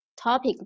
topic